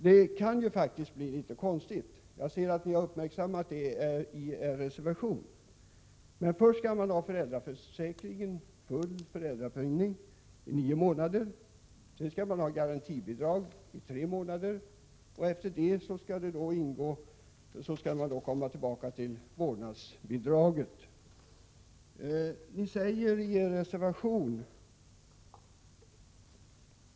Detta kan faktiskt bli litet konstigt, och jag ser att ni har uppmärksammat det i er reservation. Först skall man ha full föräldrapenning i nio månader, därefter garantibidrag under tre månader, och sedan skall vårdnadsbidraget börja utbetalas igen.